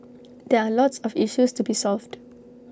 there are lots of issues to be solved